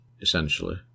essentially